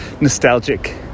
nostalgic